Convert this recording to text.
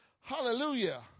Hallelujah